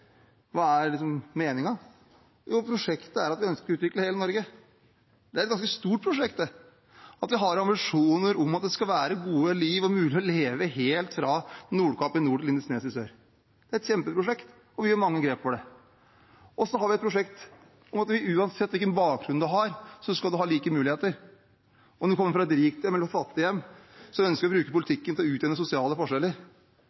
Hva er prosjektet? Hva er meningen? Jo, prosjektet er at vi ønsker å utvikle hele Norge. Det er et ganske stort prosjekt – at vi har ambisjoner om at det skal være mulig å leve gode liv helt fra Nordkapp i nord til Lindesnes i sør. Det er et kjempeprosjekt, og vi gjør mange grep for det. Og så har vi et prosjekt om at uansett hvilken bakgrunn man har, så skal man ha like muligheter – om man kommer fra et rikt hjem eller fra et fattig hjem. Vi ønsker å bruke